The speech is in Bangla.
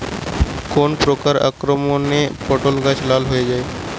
কোন প্রকার আক্রমণে পটল গাছ লাল হয়ে যায়?